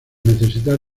necesitar